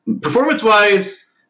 performance-wise